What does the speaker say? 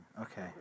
okay